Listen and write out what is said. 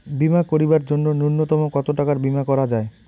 বীমা করিবার জন্য নূন্যতম কতো টাকার বীমা করা যায়?